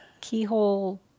keyhole